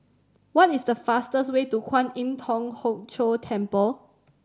what is the fastest way to Kwan Im Thong Hood Cho Temple